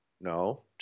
No